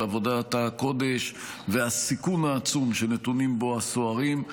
על עבודת הקודש והסיכון העצום שנתונים בו הסוהרים.